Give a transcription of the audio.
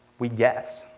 we guess.